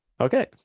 Okay